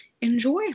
enjoy